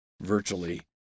virtually